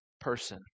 person